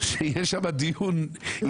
שיהיה שם דיון אינטליגנטי --- לא.